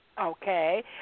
Okay